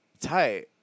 tight